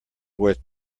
worth